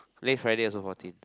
next Friday also fourteen